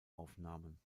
aufnahmen